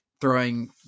throwing